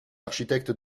architecte